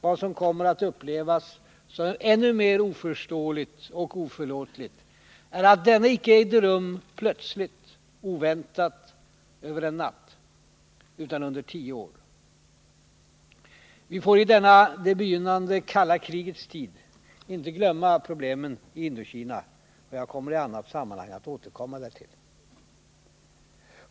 Vad som kommer att upplevas som ännu mer oförståeligt och oförlåtligt är att denna icke ägde rum plötsligt, oväntat, över en natt, utan under tio år.” Vi får i denna det begynnande kalla krigets tid inte glömma problemen i Indokina. Jag kommer i annat sammanhang att återkomma därtill.